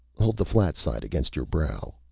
hold the flat side against your brow.